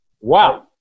Wow